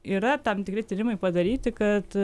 yra tam tikri tyrimai padaryti kad